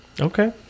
okay